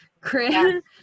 Chris